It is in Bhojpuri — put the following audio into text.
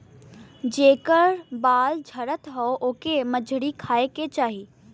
जेकर बाल झरत हौ ओके मछरी खाए के चाही